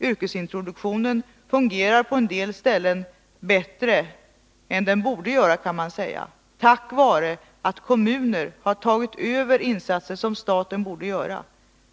Yrkesintroduktionen fungerar på en del ställen bättre än den borde göra, kan man säga, tack vare att kommuner har tagit över insatser som staten borde göra.